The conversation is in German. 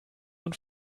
und